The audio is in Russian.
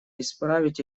исправить